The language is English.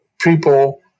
people